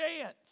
chance